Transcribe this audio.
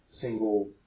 single